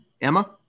Emma